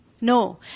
No